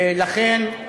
ולכן,